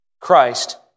Christ